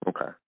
okay